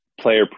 player